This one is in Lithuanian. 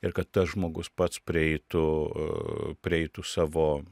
ir kad tas žmogus pats prieitų prieitų savo